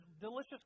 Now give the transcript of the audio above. delicious